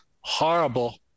horrible